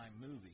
movie